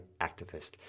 activist